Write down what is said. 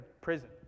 prison